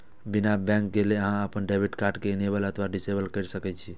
बिना बैंक गेलो अहां अपन डेबिट कार्ड कें इनेबल अथवा डिसेबल कैर सकै छी